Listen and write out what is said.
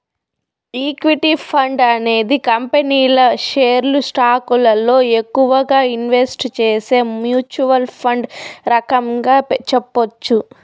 equity fund అనేది కంపెనీల షేర్లు స్టాకులలో ఎక్కువగా ఇన్వెస్ట్ చేసే మ్యూచ్వల్ ఫండ్ రకంగా చెప్పొచ్చు